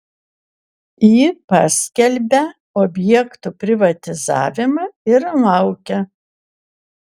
ji paskelbia objektų privatizavimą ir laukia